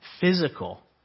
physical